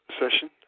session